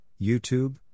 YouTube